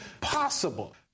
possible